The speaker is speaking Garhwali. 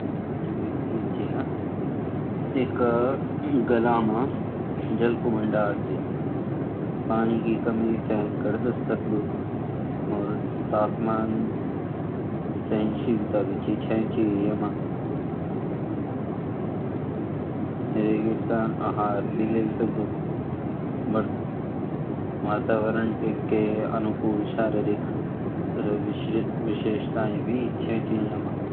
जो ये ुण्ठ ची न टेका गला मई जल कु भंडार ची पानी की कमी सेहेन करदु और तापमान सेहेन शीलता भी ची यैमा रेगिस्तान आहार भी ले सकदु और वातावरण कई अनुकूल शारीरिक विशेषताएं भी छे ची ये मा